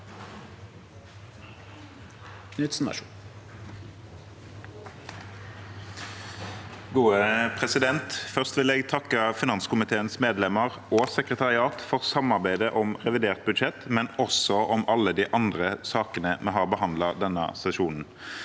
for saken): Først vil jeg takke finanskomiteens medlemmer og sekretariatet for samarbeidet om revidert budsjett, men også om alle de andre sakene vi har behandlet denne sesjonen.